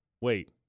Wait